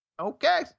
Okay